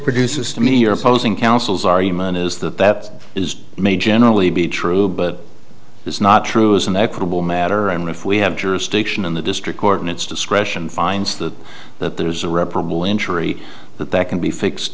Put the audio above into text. produce is to me or opposing counsels are human is that that is may generally be true but it's not true as an equitable matter and if we have jurisdiction in the district court and its discretion finds that that there's a reparable injury that that can be fixed